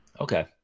Okay